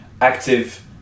active